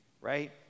right